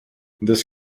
this